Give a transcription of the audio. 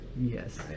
Yes